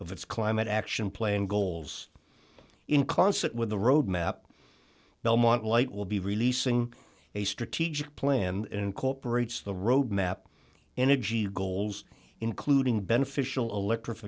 of its climate action plan goals in concert with the roadmap belmont light will be releasing a strategic plan incorporates the road map energy goals including beneficial electri